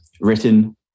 written